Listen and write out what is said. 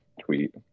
tweet